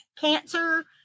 cancer